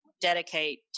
dedicate